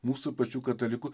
mūsų pačių katalikų